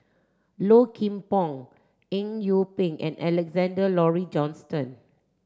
Low Kim Pong Eng Yee Peng and Alexander Laurie Johnston